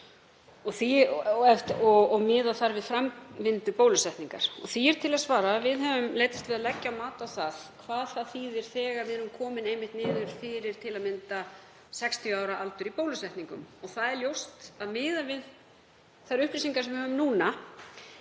og miða þar við framvindu bólusetningar. Því er til að svara að við höfum leitast við að leggja mat á hvað það þýðir þegar við erum komin niður í til að mynda 60 ára aldur í bólusetningum. Það er ljóst að miðað við þær upplýsingar sem við höfum núna